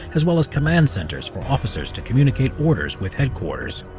as well as command centers for officers to communicate orders with headquarters.